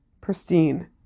pristine